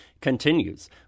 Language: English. continues